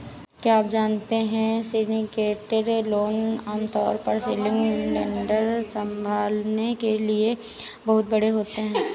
क्या आप जानते है सिंडिकेटेड लोन आमतौर पर सिंगल लेंडर संभालने के लिए बहुत बड़े होते हैं?